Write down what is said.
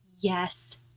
Yes